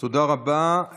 תודה רבה.